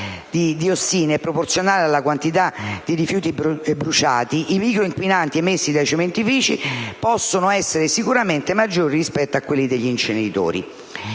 di diossine è proporzionale alla quantità di rifiuti bruciati", i microinquinanti emessi dai cementifici potrebbero essere "maggiori rispetto a quelli degli inceneritori"